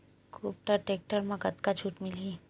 कुबटा टेक्टर म कतका छूट मिलही?